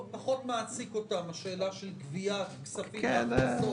פחות מעסיקה אותם השאלה של גבייה וכספים בגין עבודה.